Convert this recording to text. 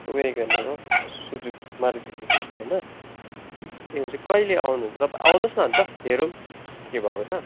Wegener हो Suzuki Maruti Suzuki होइन ए हुन्छ कहिले आउनुहुन्छ तपाईँ आउनुस् न अन्त हेरौँ के भएको छ